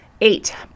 Eight